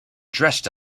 dressed